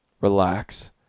Relax